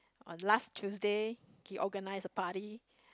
on last Tuesday he organised a party